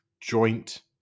joint